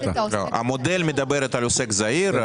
המודל מדבר על עוסק זעיר,